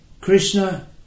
Krishna